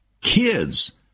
Kids